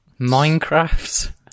Minecraft